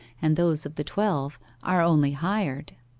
and those of the twelve are only hired.